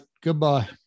Goodbye